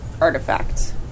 artifact